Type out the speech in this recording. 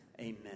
Amen